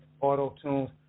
auto-tunes